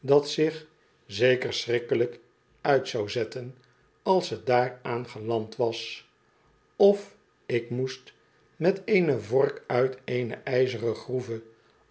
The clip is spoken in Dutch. dat zich zeker schrikkelijk uit zou zetten als t daar aangeland was of ik moest met eene vork uit eene ijzeren groeve